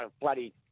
bloody